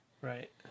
Right